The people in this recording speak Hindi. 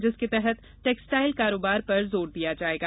जिसके तहत टेक्सटाईल कारोबार पर जोर दिया जायेगा